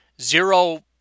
zero